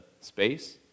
space